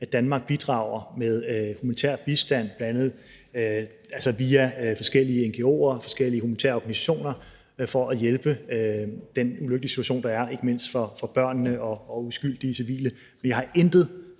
Syrien, bidrager med humanitær bistand, bl.a. via forskellige ngo'er og forskellige humanitære organisationer, altså for at hjælpe i den ulykkelige situation, der er, ikke mindst for børnene og uskyldige civile. Men jeg har intet